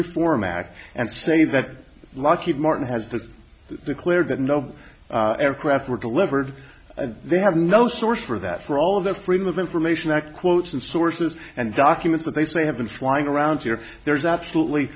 reform act and say that lockheed martin has to declare that no aircraft were delivered and they have no source for that for all of the freedom of information act quotes and sources and documents that they say have been flying around here there's absolutely